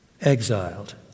exiled